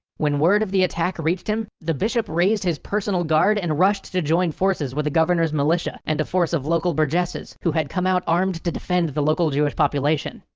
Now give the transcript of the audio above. when word of the attack reached him the bishop raised his personal guard and rushed to join forces with the governor's militia and the force of local purchases who had come out armed to defend the local jewish population.